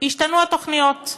השתנו התוכניות,